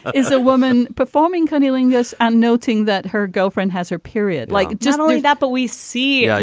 is a woman performing cunnilingus and noting that her girlfriend has her period like just only that but we see. yeah